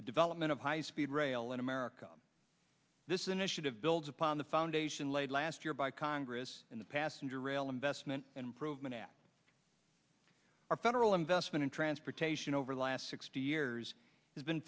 the development of high speed rail in america this initiative builds upon the foundation laid last year by congress in the passenger rail investment and improvement of our federal investment in transportation over the last sixty years has been